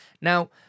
Now